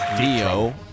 Neo